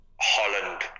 Holland